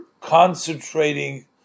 concentrating